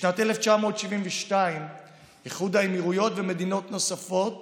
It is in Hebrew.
בשנת 1972 איחוד האמירויות ומדינות נוספות